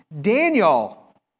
Daniel